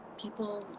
people